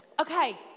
Okay